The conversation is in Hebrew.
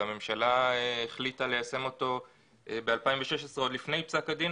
והממשלה החליטה ליישם אותו ב-2016 עוד לפני פסק הדין